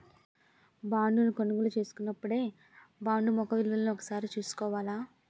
బాండును కొనుగోలు చేసినపుడే బాండు ముఖ విలువను ఒకసారి చూసుకోవాల